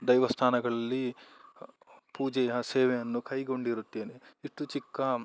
ದೈವಸ್ಥಾನಗಳಲ್ಲಿ ಪೂಜೆಯ ಸೇವೆಯನ್ನು ಕೈಗೊಂಡಿರುತ್ತೇನೆ ಇಷ್ಟು ಚಿಕ್ಕ